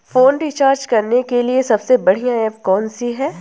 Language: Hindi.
फोन रिचार्ज करने के लिए सबसे बढ़िया ऐप कौन सी है?